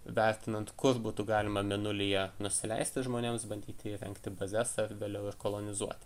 vertinant kur būtų galima mėnulyje nusileisti žmonėms bandyti įrengti bazes ar vėliau ir kolonizuoti